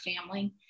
family